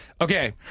Okay